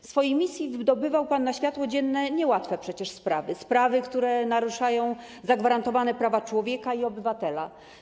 W swojej misji wydobywał pan na światło dzienne niełatwe przecież sprawy, sprawy, które naruszają zagwarantowane prawa człowieka i obywatela.